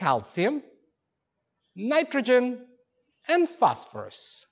calcium nitrogen and phosphorus